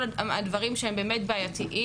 כל הדברים שהם באמת בעייתיים,